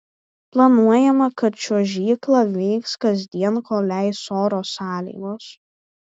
planuojama kad čiuožykla veiks kasdien kol leis oro sąlygos